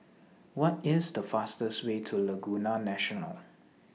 What IS The fastest Way to Laguna National